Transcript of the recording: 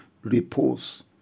repose